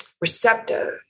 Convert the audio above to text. receptive